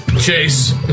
Chase